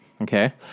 Okay